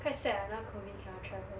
quite sad ah now COVID cannot travel